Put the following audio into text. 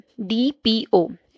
DPO